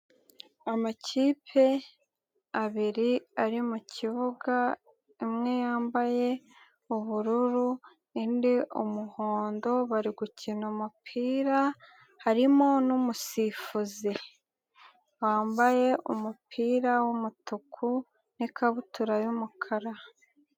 Amakipe abiri ari mu kibuga, imwe yambaye ubururu, indi yambaye umuhondo, bari gukina umupira, harimo n'umusifuzi, wambaye umupira w'umutuku n'ikabutura y'umukara.